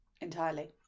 Entirely